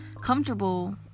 comfortable